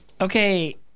Okay